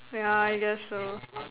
yeah I guess so